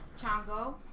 chango